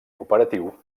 cooperatiu